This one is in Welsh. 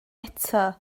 eto